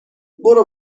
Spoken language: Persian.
برو